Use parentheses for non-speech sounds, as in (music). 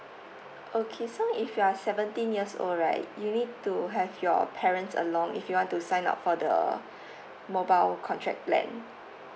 okay so if you are seventeen years old right you need to have your parents along if you want to sign up for the (breath) mobile contract plan